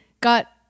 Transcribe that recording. got